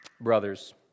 brothers